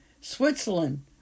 Switzerland